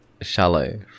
Shallow